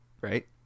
right